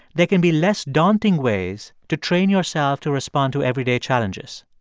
there can be less daunting ways to train yourself to respond to everyday challenges.